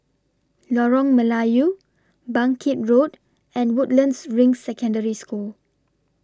Lorong Melayu Bangkit Road and Woodlands Ring Secondary School